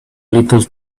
little